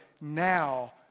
now